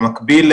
במקביל,